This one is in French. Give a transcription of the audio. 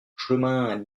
chemin